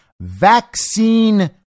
vaccine